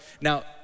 Now